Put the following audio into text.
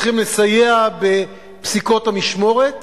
צריך לסייע בפסיקות המשמורת